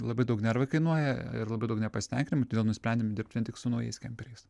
labai daug nervai kainuoja ir labai daug nepasitenkinimų todėl nusprendėm dirbti vien tik su naujais kemperiais